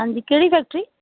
ਹਾਂਜੀ ਕਿਹੜੀ ਫੈਕਟਰੀ